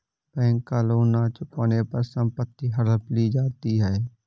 bank का loan न चुकाने पर संपत्ति हड़प ली जाती है